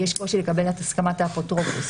שיש חשש לפגיעה בשלומו הגופני או הנפשי של